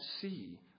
see